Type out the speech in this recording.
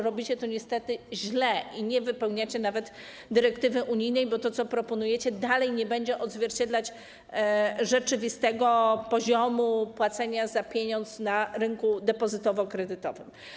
Robicie to niestety źle i nie wypełniacie nawet dyrektywy unijnej, bo to, co proponujecie, nadal nie będzie odzwierciedlać rzeczywistego poziomu płacenia za pieniądz na rynku depozytowo-kredytowym.